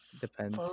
Depends